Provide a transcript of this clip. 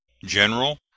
general